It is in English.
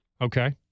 Okay